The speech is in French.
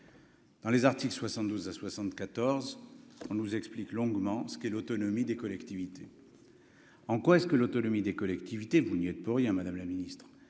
Dans les articles 72 à 74 on nous explique longuement ce qu'est l'autonomie des collectivités en quoi est-ce que l'autonomie des collectivités, vous n'y êtes pour rien Madame la Ministre